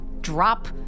drop